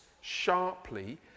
sharply